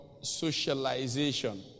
socialization